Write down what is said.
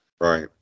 Right